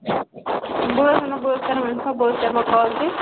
بہٕ حظ ٲسٕس ونان بہٕ حظ کَرمو کال کیٚنٛہہ